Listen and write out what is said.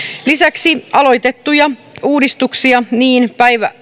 lisäksi aloitettuihin uudistuksiin niin